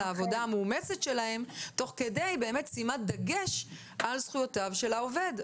העבודה המאומצת שלהם תוך כדי שימת דגש על זכויותיו של העובד.